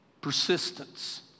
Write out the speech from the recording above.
Persistence